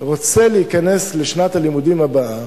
רוצה להיכנס לשנת הלימודים הבאה